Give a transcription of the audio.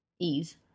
ease